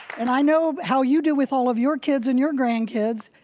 and i know how you do with all of your kids and your grand kids.